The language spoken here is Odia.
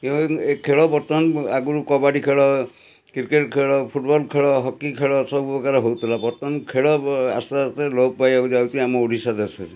ଏଭଳି ଏ ଖେଳ ବର୍ତ୍ତମାନ ଆଗୁରୁ କବାଡ଼ି ଖେଳ କ୍ରିକେଟ ଖେଳ ଫୁଟୁବଲ ଖେଳ ହକି ଖେଳ ସବୁ ପ୍ରକାର ହଉଥିଲା ବର୍ତ୍ତମାନ ଖେଳ ବ ଆସ୍ତେ ଆସ୍ତେ ଲୋପ ପାଇବାକୁ ଯାଉଛି ଆମ ଓଡ଼ିଶା ଦେଶରୁ